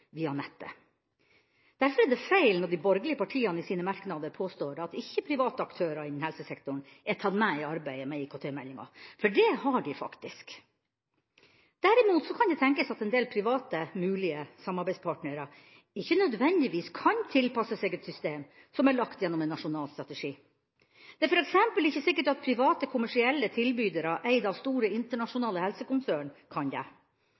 via nettet. Derfor er det feil når de borgerlige partiene i sine merknader påstår at ikke private aktører innen helsesektoren er tatt med i arbeidet med IKT-meldinga. For det har de, faktisk. Derimot kan det tenkes at en del private mulige samarbeidspartnere ikke nødvendigvis kan tilpasse seg et system som er lagt gjennom en nasjonal strategi. Det er f.eks. ikke sikkert at private kommersielle tilbydere – eid av store, internasjonale helsekonsern – kan